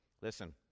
Listen